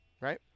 right